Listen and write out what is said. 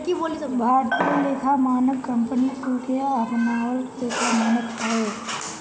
भारतीय लेखा मानक कंपनी कुल के अपनावल लेखा मानक हवे